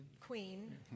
Queen